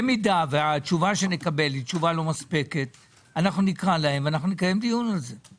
במידה והתשובה שנקבל תהיה לא מספקת אנחנו נקרא להם ונקיים על זה דיון.